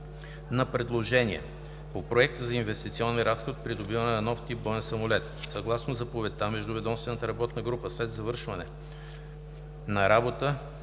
– RFP) по Проект за инвестиционен разход „Придобиване на нов тип боен самолет“. Съгласно заповедта Междуведомствената работна група след завършването на работа